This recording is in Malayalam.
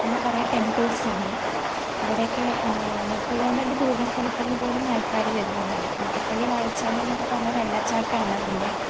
പിന്നെ കുറേ ടെമ്പിൾസ് ഉണ്ട് അവിടെ ഒക്കെ പോവാൻ വേണ്ടി ദൂരെ സ്ഥലത്തുനിന്ന് പോലും വരുന്നതാണ് ആതിരപ്പള്ളി വാഴച്ചാൽ എന്നൊക്കെ പറഞ്ഞാൽ വെള്ളച്ചാട്ടം ആണിതിൻ്റെ